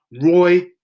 Roy